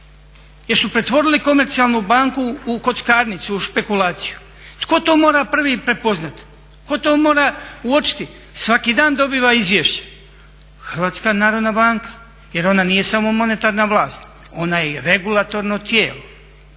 jer su pretvorili komercijalnu banku u kockarnicu, u špekulaciju. Tko to mora prvi prepoznati, tko to mora uočiti? Svaki dan dobiva izvješće HNB jer ona nije samo monetarna vlast, ona je i regulatorno tijelo.